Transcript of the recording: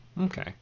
Okay